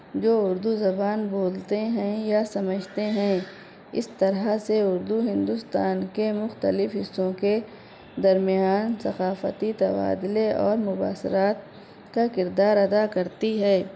جو اردو زبان بولتے ہیں یا سمجھتے ہیں اس طرح سے اردو ہندوستان کے مختلف حصوں کے درمیان ثقافتی تبادلے اور مباصرات کا کردار ادا کرتی ہے